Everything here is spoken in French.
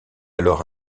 alors